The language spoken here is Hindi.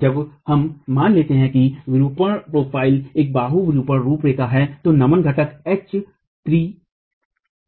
जब हम मान लेते हैं कि विरूपण प्रोफ़ाइल एक बाहू विरूपण रुपरेखा है तो नमन घटक Hh3